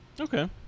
Okay